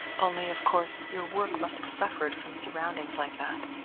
only, of course, your work must have suffered from surroundings like that.